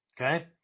Okay